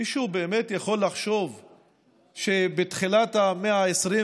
מישהו באמת יכול לחשוב שבתחילת המאה ה-21